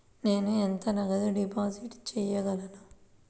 నేను ఎంత నగదు డిపాజిట్ చేయగలను?